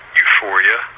euphoria